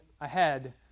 ahead